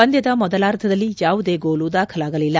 ಪಂದ್ಯದ ಮೊದಲಾರ್ಧದಲ್ಲಿ ಯಾವುದೇ ಗೋಲು ದಾಖಲಾಗಲಿಲ್ಲ